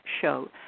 show